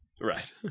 right